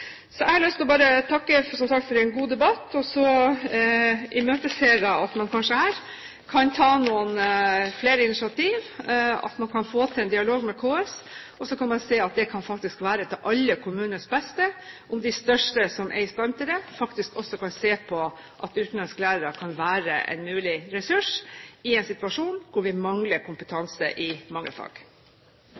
Jeg vil takke for en god debatt, og så imøteser jeg at man kanskje kan ta noen flere initiativ, at man kan få til en dialog med KS og se på om det kan være til kommunenes beste om de største, som er i stand til det, også kan se på om utenlandske lærere kan være en mulig ressurs i en situasjon hvor vi mangler kompetanse i mange fag.